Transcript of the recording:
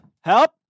help